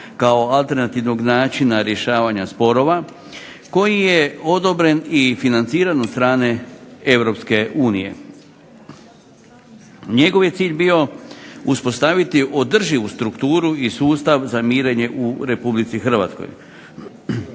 kao alternativnog načina rješavanja sporova koji je odobren i financiran od strane Europske unije. Njegov je cilj bio uspostaviti održivu strukturu i sustav za mirenje u Republici Hrvatskoj.